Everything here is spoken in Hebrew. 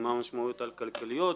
מה המשמעויות הכלכליות,